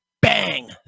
Bang